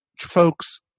folks